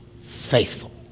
faithful